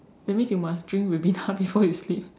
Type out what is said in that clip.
that means you must drink Ribena before you sleep